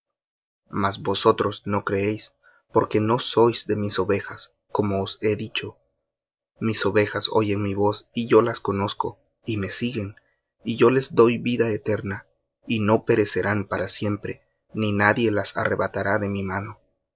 mas vosotros no creéis porque no sois de mis ovejas como os he dicho mis ovejas oyen mi voz y yo las conozco y me siguen y yo les doy vida eterna y no perecerán para siempre ni nadie las arrebatará de mi mano